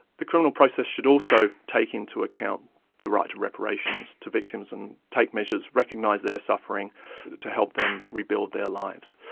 the criminal process should also take into account the right to reparations to victims and take measures to recognise their suffering to help them rebuild their lives,